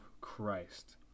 Christ